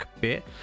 bit